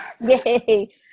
Yay